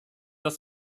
das